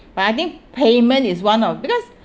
but I think payment is one of because